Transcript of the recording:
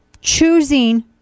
choosing